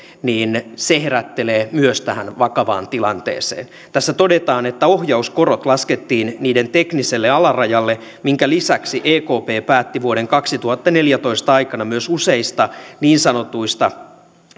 niin se herättelee myös tähän vakavaan tilanteeseen tässä todetaan että ohjauskorot laskettiin niiden tekniselle alarajalle minkä lisäksi ekp päätti vuoden kaksituhattaneljätoista aikana myös useista niin sanotuista